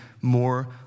more